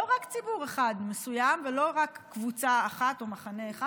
לא רק ציבור אחד מסוים ולא רק קבוצה אחת או מחנה אחד.